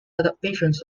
adaptations